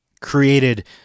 created